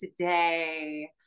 today